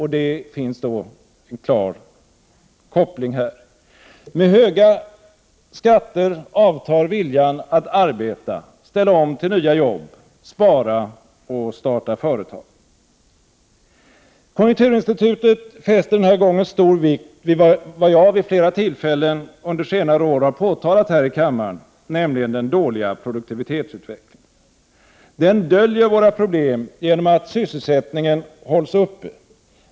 Här finns en klar koppling. Med höga skatter avtar viljan att arbeta, ställa om till nya jobb, spara och starta företag. Konjunkturinstitutet fäster denna gång stor vikt vid vad jag vid flera tillfällen under senare år har påtalat här i kammaren, nämligen den dåliga produktivitetsutvecklingen. Den döljer våra problem genom att sysselsättningen hålls uppe.